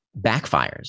backfires